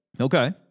Okay